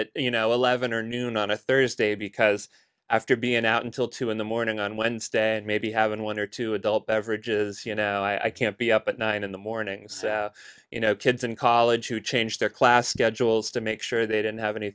at you know eleven or noon on a thursday because after being out until two in the morning on wednesday and maybe having one or two adult beverages you know i can't be up at nine in the mornings you know kids in college who change their class schedules to make sure they didn't have any